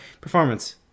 performance